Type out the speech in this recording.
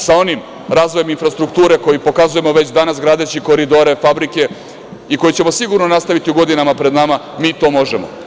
Sa onim razvojem infrastrukture koji pokazujemo već danas gradeći koridore, fabrike i koji ćemo sigurno nastaviti u godinama pred nama, mi to možemo.